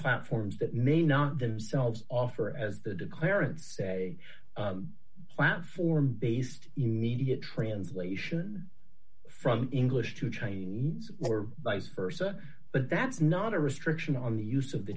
platforms that may not themselves offer as the declarant say platform based immediate translation from english to chinese or vice versa but that's not a restriction on the use of the